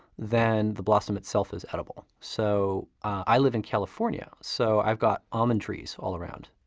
then the blossom itself is edible. so i live in california so i've got almond trees all around.